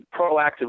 proactively